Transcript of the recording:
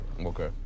okay